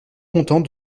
content